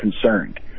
concerned